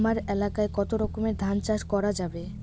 হামার এলাকায় কতো রকমের ধান চাষ করা যাবে?